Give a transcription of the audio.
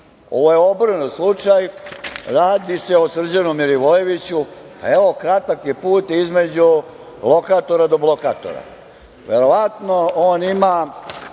Ovo je obrnut slučaj. Radi se o Srđanu Milivojeviću. Evo, kratak je put između lokatora do blokatora. Verovatno on ima